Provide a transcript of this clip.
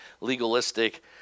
legalistic